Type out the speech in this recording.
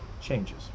changes